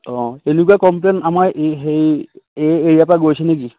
অঁ এনেকুৱা কমপ্লেইন আমাৰ এই হেৰি এই এৰিয়াৰ পৰা গৈছে নেকি